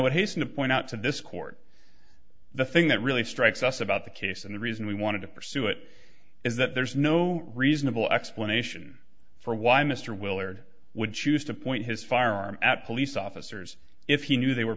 would hasten to point out that this court the thing that really strikes us about the case and the reason we wanted to pursue it is that there is no reasonable explanation for why mr willard would choose to point his firearm at police officers if he knew they were